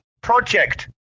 project